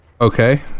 Okay